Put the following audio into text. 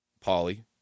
Polly